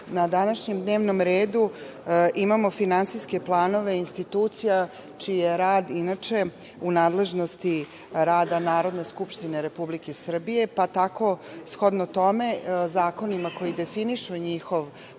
na današnjem dnevnom redu imamo finansijske planove institucija čiji je rad u nadležnosti rada Narodne skupštine Republike Srbije, pa tako shodno tome, zakonima koji definišu njihov